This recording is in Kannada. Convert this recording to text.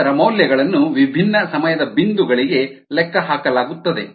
ನಂತರ ಮೌಲ್ಯಗಳನ್ನು ವಿಭಿನ್ನ ಸಮಯದ ಬಿಂದುಗಳಿಗೆ ln CC CO2 ಗೆ ಲೆಕ್ಕಹಾಕಲಾಗುತ್ತದೆ